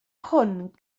hwn